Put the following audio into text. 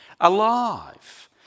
alive